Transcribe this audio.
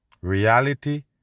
Reality